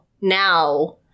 now